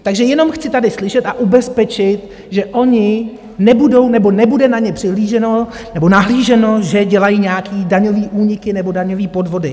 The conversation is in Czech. Takže jenom chci tady slyšet a ubezpečit, že oni nebudou nebo nebude na ně přihlíženo nebo nahlíženo, že dělají nějaké daňové úniky nebo daňové podvody.